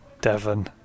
Devon